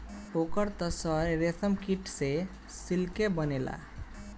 ओकर त सर रेशमकीट से सिल्के बनेला